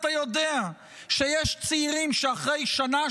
אתה יודע שיש צעירים שאחרי שנה,